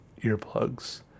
earplugs